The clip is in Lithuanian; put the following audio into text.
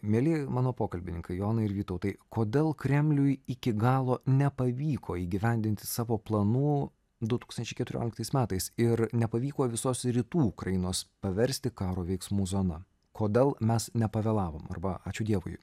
mieli mano pokalbininkai jonai ir vytautai kodėl kremliui iki galo nepavyko įgyvendinti savo planų du tūkstančiai keturioliktais metais ir nepavyko visos rytų ukrainos paversti karo veiksmų zona kodėl mes nepavėlavom arba ačiū dievui